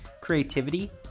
creativity